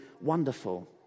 wonderful